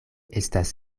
estas